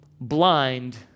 blind